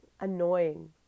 annoying